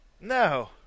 no